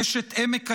אשת עמק הירדן,